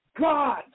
God